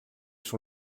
sur